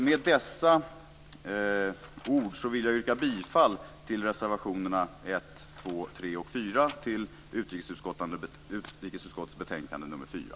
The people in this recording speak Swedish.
Med dessa ord vill jag yrka bifall till reservationerna 1, 2, 3 och 4 till utrikesutskottets betänkande nr 4.